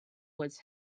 was